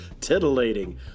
titillating